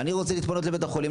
אני רוצה להתפנות לבית החולים,